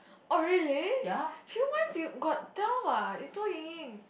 oh really few month you got tell what you told Ying Ying